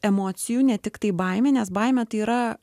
emocijų ne tiktai baimė nes baimė tai yra